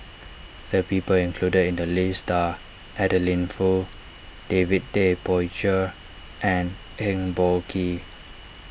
the people included in the list are Adeline Foo David Tay Poey Cher and Eng Boh Kee